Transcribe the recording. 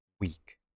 weak